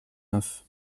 neuf